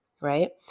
right